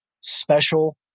special